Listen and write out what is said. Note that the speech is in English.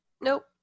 Nope